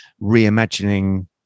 reimagining